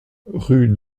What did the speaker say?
rue